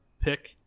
pick